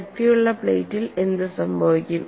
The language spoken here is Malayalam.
കട്ടിയുള്ള പ്ലേറ്റിൽ എന്ത് സംഭവിക്കും